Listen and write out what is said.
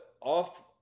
off